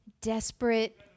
desperate